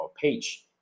page